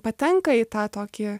patenka į tą tokį